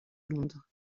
londres